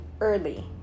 early